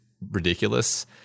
ridiculous